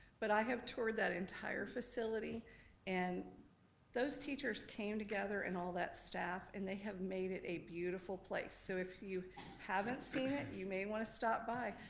but i have toured that entire facility and those teachers came together and all that staff and they have made it a beautiful place. so if you haven't seen it you may want to stop by.